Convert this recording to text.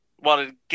Wanted